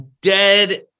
dead